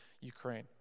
Ukraine